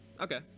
okay